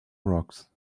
rocks